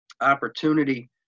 opportunity